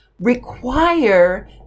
require